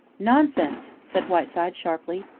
nonsense! said whiteside sharply.